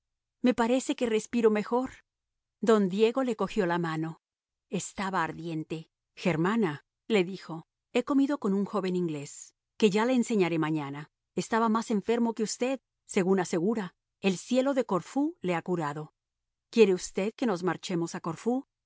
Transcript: me parece que respiro mejor don diego le cogió la mano estaba ardiente germana le dijo he comido con un joven inglés que ya le enseñaré mañana estaba más enfermo que usted según asegura el cielo de corfú le ha curado quiere usted que nos marchemos a corfú